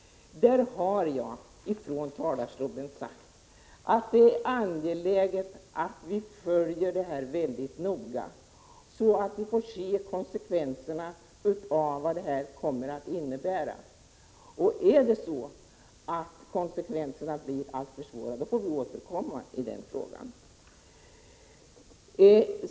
Jag har från talarstolen sagt att det är angeläget att vi följer utvecklingen mycket noga, så att vi ser konsekvenserna av förslaget. Blir konsekvenserna alltför svåra, får vi återkomma i denna fråga.